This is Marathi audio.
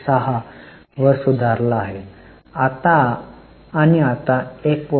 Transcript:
6 वर सुधारला आहे आणि आता 1